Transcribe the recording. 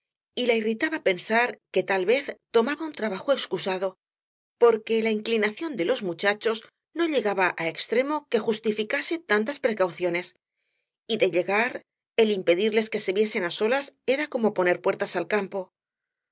y la irritaba pensar que tal vez se tomaba un trabajo excusado porque la inclinación de los muchachos no llegaba á extremo que justificase tantas precauciones y de llegar el impedirles que se viesen á solas era como poner puertas al campo